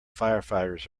firefighters